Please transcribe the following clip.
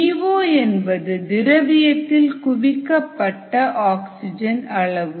D O என்பது திரவியத்தில் குவிக்கப்பட்ட ஆக்சிஜன் அளவு